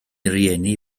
rieni